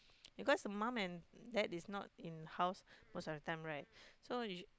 because mom and dad is not in house most of the time right so